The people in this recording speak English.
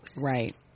right